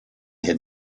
had